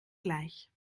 gleich